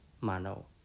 Mano